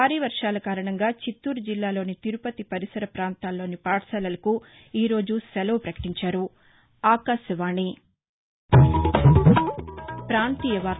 భారీ వర్షాల కారణంగా చిత్తూరు జిల్లాలోని తిరుపతి పరిసర పాంతాల్లోని పాఠశాలలకు ఈ రోజు శెలవు పకటించారు